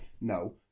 no